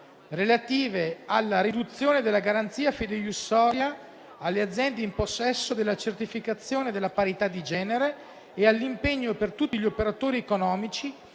relative alla riduzione della garanzia fideiussoria alle aziende in possesso della certificazione della parità di genere e all'impegno per tutti gli operatori economici,